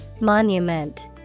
Monument